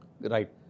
Right